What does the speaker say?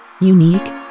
Unique